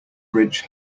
bridge